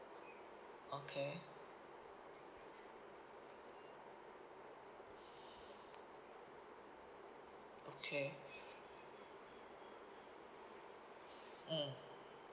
okay okay mm